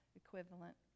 equivalent